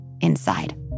inside